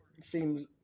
seems